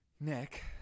nick